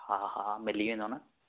हा हा मिली वेंदो न